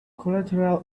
collateral